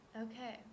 Okay